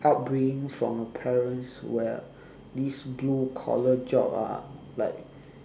upbringing from a parents where these blue collar job are like